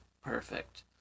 perfect